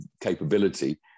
capability